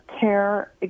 care